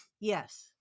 Yes